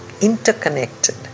interconnected